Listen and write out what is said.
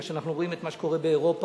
מה שאנחנו רואים שקורה באירופה,